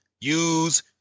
use